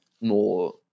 more